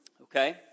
Okay